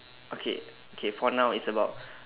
okay okay for now it's about